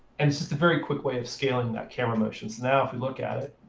and it's just a very quick way of scaling that camera motion. so now, if we look at it,